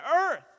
earth